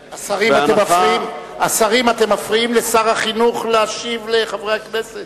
השרים, אתם מפריעים לשר החינוך להשיב לחברי הכנסת